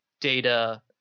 Data